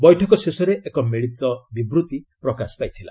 ବୈଠକ ଶେଷରେ ଏକ ମିଳିତ ବିବୃତ୍ତି ପ୍ରକାଶ ପାଇଥିଲା